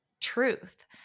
truth